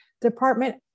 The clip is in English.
Department